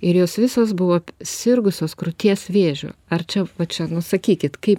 ir jos visos buvo sirgusios krūties vėžiu ar čia va čia nu sakykit kaip